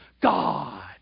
God